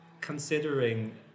considering